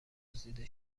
دزدیده